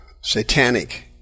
satanic